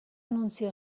nuncio